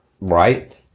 right